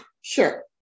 Sure